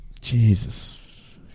Jesus